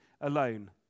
alone